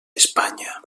espanya